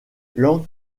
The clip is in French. lang